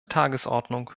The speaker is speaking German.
tagesordnung